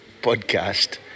podcast